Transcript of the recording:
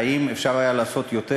האם אפשר היה לעשות יותר?